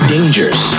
Dangers